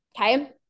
okay